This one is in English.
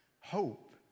Hope